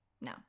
No